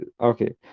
okay